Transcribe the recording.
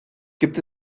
gibt